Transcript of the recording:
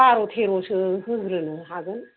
बार' थेर'सो होग्रोनो हागोन